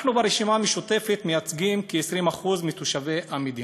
אנחנו ברשימה המשותפת מייצגים כ-20% מתושבי המדינה.